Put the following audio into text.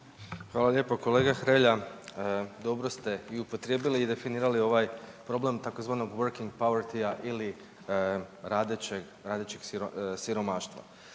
Hvala lijepo. Kolega Hrelja, dobro ste i upotrijebili i definirali ovaj problem tzv. working povetyja ili radećeg siromaštva.